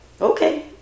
okay